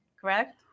Correct